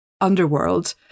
underworld